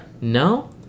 No